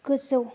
गोजौ